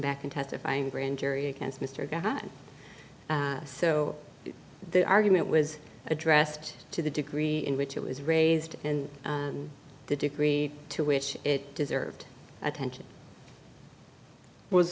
back and testifying a grand jury against mr guy so the argument was addressed to the degree in which it was raised and the degree to which it deserved attention was